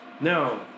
no